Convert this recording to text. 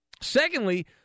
Secondly